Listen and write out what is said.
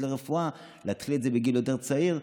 לרפואה להתחיל את זה בגיל יותר צעיר.